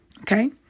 Okay